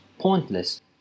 pointless